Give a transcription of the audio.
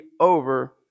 over